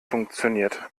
funktioniert